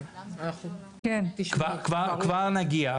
כבר נגיע.